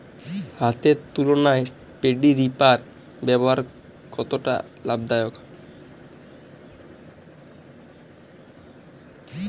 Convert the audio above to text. হাতের তুলনায় paddy reaper ব্যবহার কতটা লাভদায়ক?